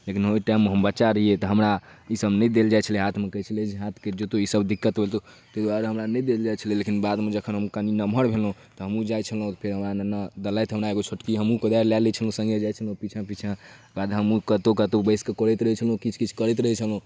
लेकिन ओहि टाइममे हम बच्चा रहिए तऽ हमरा ईसब नहि देल जाइ छलै हाथमे कहै छलै जे हाथ कटि जेतौ ईसब दिक्कत हेतौ ताहि दुआरे हमरा नहि देल जाइ छलै लेकिन बादमे जखन हम कनि नमहर भेलहुँ तऽ हमहूँ जाइ छलहुँ ओतऽ हमरा नन्ना देलथि हँ हमरा एगो छोटकी हमहूँ कोदारि लऽ लै छलहुँ सङ्गे जाए छलहुँ पिछाँ पिछाँ ओकर बाद हमहूँ कतहु कतहु बैसिकऽ कोड़ैत रहै छलहुँ किछु किछु करैत रहै छलहुँ